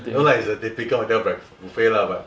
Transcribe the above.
no lah it's a typical hotel break~ buffet lah but